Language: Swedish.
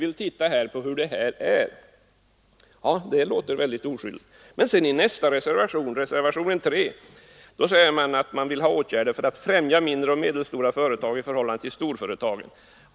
Det låter väldigt oskyldigt. Men i nästa reservation, nr 3, vill man ha en utredning rörande åtgärder för att främja de mindre och medelstora företagen i förhållande till storföretagen.